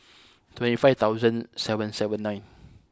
twenty five thousand seven seven nine